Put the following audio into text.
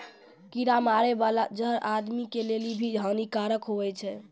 कीड़ा मारै बाला जहर आदमी के लेली भी हानि कारक हुवै छै